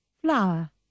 Flower